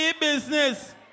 business